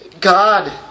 God